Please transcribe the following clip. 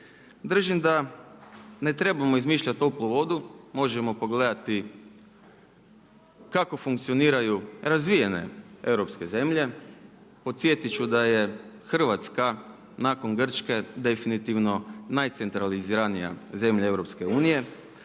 Držim da ne trebamo izmišljati toplu vodu, možemo pogledati kako funkcioniraju razvijene europske zemlje. Podsjetiti ću da je Hrvatska nakon Grčke definitivno najcentraliziranija zemlja EU,